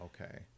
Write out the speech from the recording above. okay